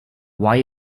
why